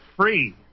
free